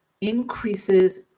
increases